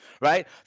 right